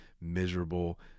miserable